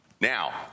Now